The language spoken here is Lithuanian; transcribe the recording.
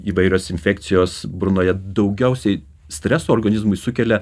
įvairios infekcijos burnoje daugiausiai streso organizmui sukelia